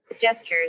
Gestures